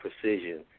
precision